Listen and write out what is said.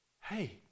hey